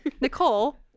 Nicole